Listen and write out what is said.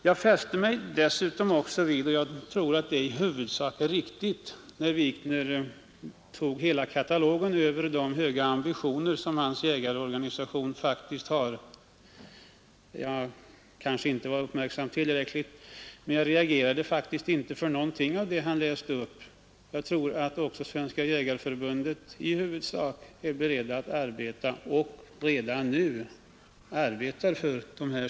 Jag fäste mig vid och jag tror att det i huvudsak är riktiga synpunkter som redovisades då herr Wikner drog hela katalogen över de höga ambitioner som hans jägarorganisation har. Jag kanske inte var tillräckligt uppmärksam, men jag reagerade faktiskt inte för någonting av det han läste upp. Jag tror att man också i Svenska jägareförbundet i huvudsak är beredd att arbeta för dessa saker och redan nu arbetar för dem.